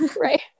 right